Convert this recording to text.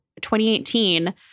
2018